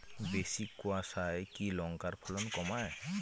বেশি কোয়াশায় কি লঙ্কার ফলন কমায়?